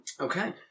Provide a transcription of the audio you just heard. Okay